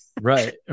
Right